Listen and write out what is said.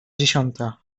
dziesiąta